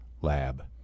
lab